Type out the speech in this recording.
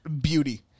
beauty